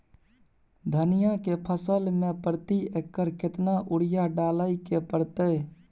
धनिया के फसल मे प्रति एकर केतना यूरिया डालय के परतय?